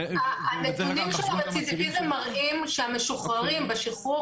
הנתונים של הרצידיביזם מראים שהמשוחררים בשחרור